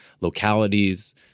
localities